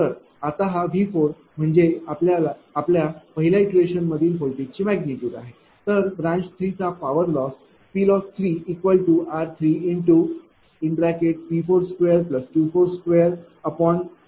तर आता हा V म्हणजेच आपल्या पहिल्या इटरेशनमधील व्होल्टेजची मॅग्निट्यूड आहे तर ब्रांच 3 चा पॉवर लॉस PLoss3r3P24Q24। V4।21